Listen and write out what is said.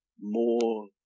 more